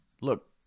Look